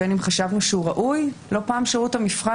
בין אם חשבנו שהוא חשבנו שהוא ראוי לא פעם שירות המבחן